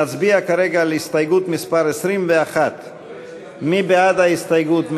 נצביע על הסתייגות מס' 21. מי בעד ההסתייגות?